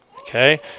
Okay